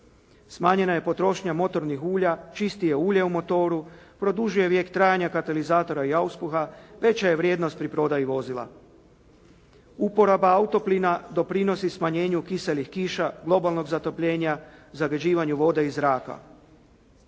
Smanjena je potrošnja motornih ulja, čistije je ulje u motoru, produžuje vijek trajanja katalizatora i auspuha, veća je vrijednost pri prodaji vozila. Uporaba auto plina doprinosi smanjenju kiselih kiša, globalnog zatopljenja, zagađivanja vode i zraka.